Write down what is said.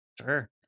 Sure